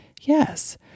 Yes